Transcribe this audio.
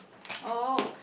oh